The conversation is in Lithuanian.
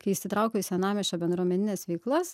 kai įsitraukiau į senamiesčio bendruomenines veiklas